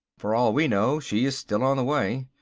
for all we know she is still on the way.